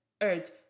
earth